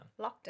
Lockdown